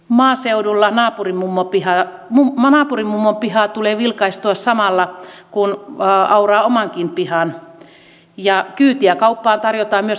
maaseudulla naapurin mummon pihaa tulee vilkaistua samalla kun auraa omankin pihan ja kyytiä kauppaan tarjotaan myös autottomalle naapurille